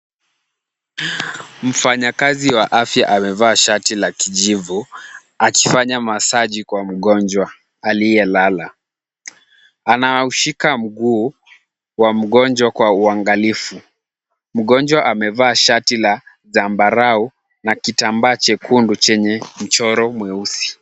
Mfanyakazi wa afya amevaa shati la kijivu akifanya masaji kwa mgonjwa aliyelala. Anaushika mguu wa mgonjwa kwa uangalifu. Mgonjwa amevaa shati la zambarau na kitambaa chekundu chenye mchoro mweusi.